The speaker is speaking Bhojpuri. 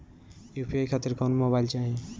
यू.पी.आई खातिर कौन मोबाइल चाहीं?